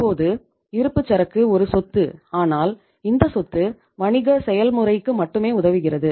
இப்போது இருப்புச்சரக்கு ஒரு சொத்து ஆனால் இந்த சொத்து வணிக செயல்முறைக்கு மட்டுமே உதவுகிறது